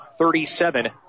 37